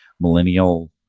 millennial